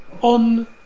on